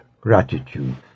gratitude